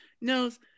knows